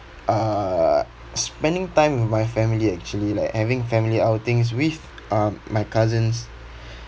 uh spending time with my family actually like having family outings with um my cousins